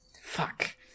fuck